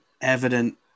evident